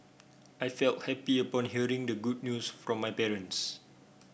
I felt happy upon hearing the good news from my parents